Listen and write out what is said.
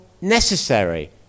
necessary